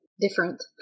different